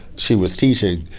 she was teaching,